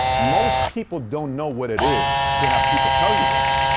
most people don't know what it is to have people tell you this.